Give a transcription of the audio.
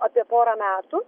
apie porą metų